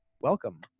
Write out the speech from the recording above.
welcome